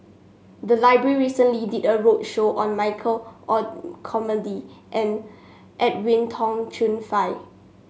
the library recently did a roadshow on Michael Olcomendy and Edwin Tong Chun Fai